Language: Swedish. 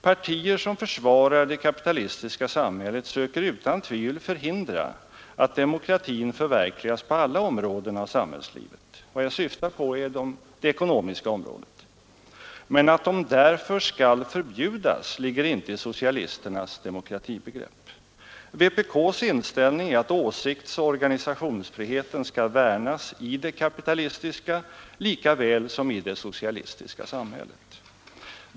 Partier som försvarar det kapitalistiska samhället söker utan tvivel förhindra att demokratin förverkligas på alla områden av samhällslivet,” —vad jag där syftar på är främst det ekonomiska området — ”men att de därför skall förbjudas ligger inte i socialisternas demokratibegrepp. Vpk:s inställning är att åsiktsoch organisationsfriheten skall värnas i det kapitalistiska likaväl som i det socialistiska samhället.